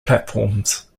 platforms